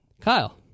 kyle